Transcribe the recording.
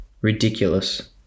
ridiculous